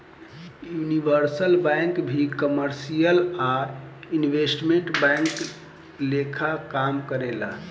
universal bank भी commercial आ investment bank लेखा काम करेले